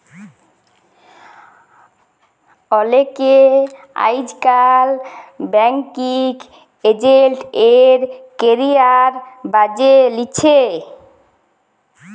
অলেকে আইজকাল banking agent এর ক্যারিয়ার বাছে লিছে